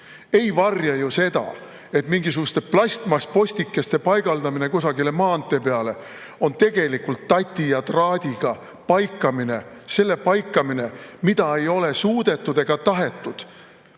ei varja ju seda, et mingisuguste plastmasspostikeste paigaldamine kusagile maantee peale on tegelikult tati ja traadiga paikamine, paikamine selle asemel, mida ei ole suudetud ega tahetud